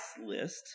list